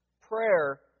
prayer